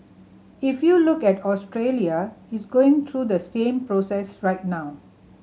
if you look at Australia it's going through the same process right now